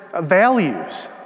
values